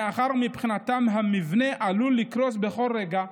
מאחר שמבחינתם המבנה עלול לקרוס בכל רגע,